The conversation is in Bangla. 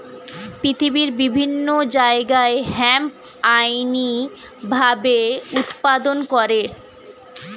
পৃথিবীর বিভিন্ন জায়গায় হেম্প আইনি ভাবে উৎপাদন করে